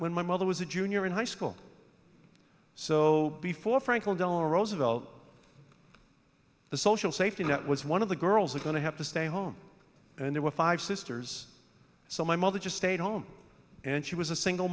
when my mother was a junior in high school so before franklin delano roosevelt the social safety net was one of the girls were going to have to stay home and there were five sisters so my mother just stayed home and she was a single